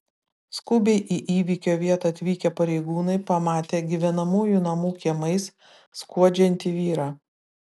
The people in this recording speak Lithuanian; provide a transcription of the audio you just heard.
skubiai į įvykio vietą atvykę pareigūnai pamatė gyvenamųjų namų kiemais skuodžiantį vyrą